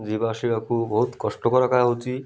ଯିବା ଆସିବାକୁ ବହୁତ କଷ୍ଟକର ହେଉଛି